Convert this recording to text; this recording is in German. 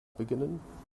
beginnen